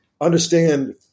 understand